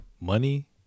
Money